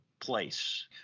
place